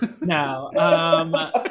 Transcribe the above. No